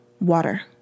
Water